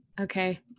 okay